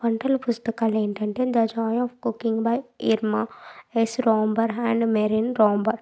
వంటల పుస్తకాలు ఏంటంటే the joy of cooking by Irma